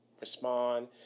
respond